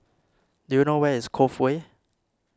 do you know where is Cove Way